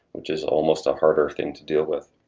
which is almost a harder thing to deal with.